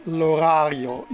l'orario